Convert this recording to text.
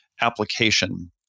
application